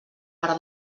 per